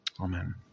Amen